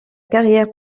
carrière